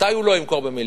מתי הוא לא ימכור במיליון?